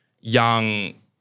young